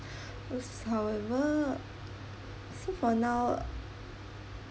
however so for now